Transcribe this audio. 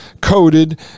coated